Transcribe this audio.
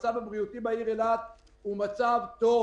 המצב הבריאותי בעיר אילת הוא מצב טוב.